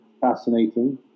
fascinating